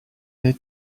they